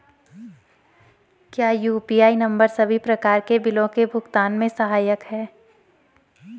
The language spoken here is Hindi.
क्या यु.पी.आई नम्बर सभी प्रकार के बिलों के भुगतान में सहायक हैं?